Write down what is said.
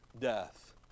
death